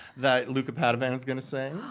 that luca padovan is gonna sing.